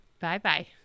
bye-bye